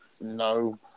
No